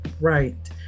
right